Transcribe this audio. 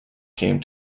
came